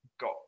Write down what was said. got